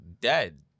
dead